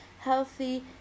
healthy